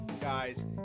guys